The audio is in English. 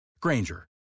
Granger